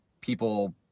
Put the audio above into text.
people